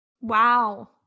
Wow